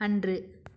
அன்று